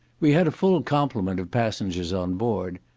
we had a full complement of passengers on board.